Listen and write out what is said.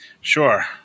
Sure